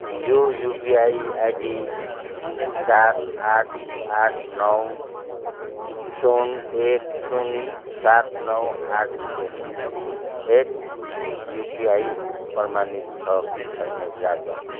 यो UPI ID सात आठ आठ नौ शून्य एक शून्य सात नौ आठ तिन एट युपिआई प्रमाणित छ कि छैन जाँच गर्नुहोस्